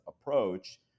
approach